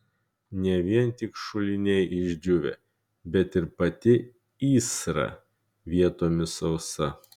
ne vien tik šuliniai išdžiūvę bet ir pati įsra vietomis sausa